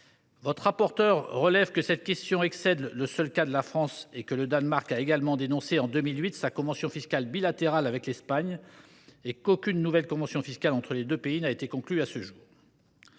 Votre rapporteur relève que cette question excède le seul cas de la France : le Danemark a également dénoncé, en 2008, sa convention fiscale bilatérale avec l’Espagne, et aucune nouvelle convention fiscale entre les deux pays n’a été conclue à ce jour.